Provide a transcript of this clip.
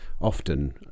often